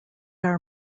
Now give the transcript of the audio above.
are